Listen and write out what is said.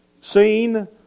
seen